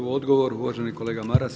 Odgovor uvaženi kolega Maras.